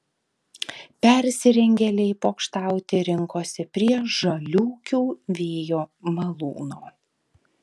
persirengėliai pokštauti rinkosi prie žaliūkių vėjo malūno